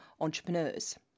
entrepreneurs